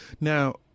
Now